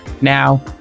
now